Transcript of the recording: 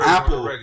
Apple